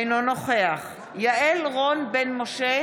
אינו נוכח יעל רון בן משה,